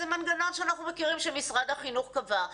זה מנגנון שאנחנו מכירים שמשרד החינוך קבע,